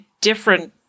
different